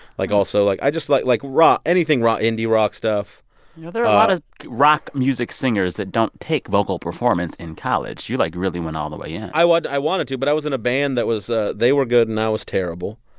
like, also like, i just like like rock anything rock, indie rock stuff you know, there are a lot of rock music singers that don't take vocal performance in college. you, like, really went all the way yeah in i wanted to. but i was in a band that was ah they were good, and i was terrible.